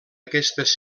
aquestes